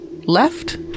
left